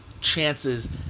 chances